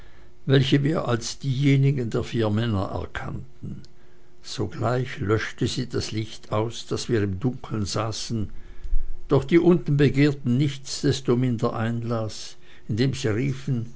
welche wir als diejenigen der vier männer erkannten sogleich löschte sie das licht aus daß wir im dunkeln saßen doch die unten begehrten nichtsdestominder einlaß indem sie riefen